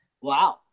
Wow